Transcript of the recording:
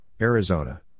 Arizona